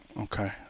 Okay